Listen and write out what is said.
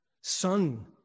Son